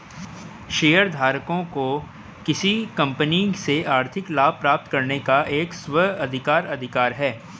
शेयरधारकों को किसी कंपनी से आर्थिक लाभ प्राप्त करने का एक स्व अधिकार अधिकार है